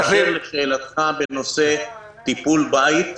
באשר לשאלתך בנושא טיפול בית,